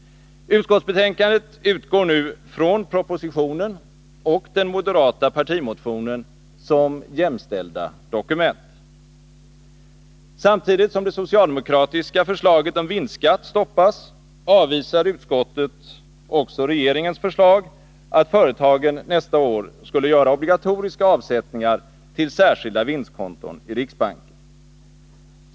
Utskottsbetänkandet utgår nu från propositionen och den moderata partimotionen som jämställda dokument. Samtidigt som det socialdemokratiska förslaget om vinstskatt stoppas, avvisar utskottet också regeringens förslag att företagen nästa år skulle göra obligatoriska avsättningar till särskilda vinstkonton i riksbanken.